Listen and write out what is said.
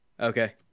Okay